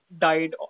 died